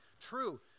true